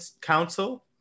Council